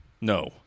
No